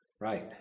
right